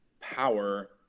power